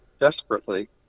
desperately